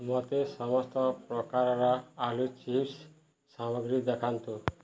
ମୋତେ ସମସ୍ତ ପ୍ରକାରର ଆଳୁ ଚିପ୍ସ୍ ସାମଗ୍ରୀ ଦେଖାନ୍ତୁ